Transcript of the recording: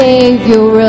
Savior